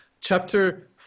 Chapter